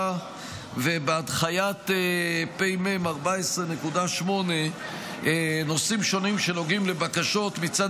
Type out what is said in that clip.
ובהנחיית פ"מ 14.8 נושאים שונים שנוגעים לבקשות מצד